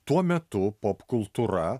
tuo metu popkultūra